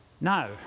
Now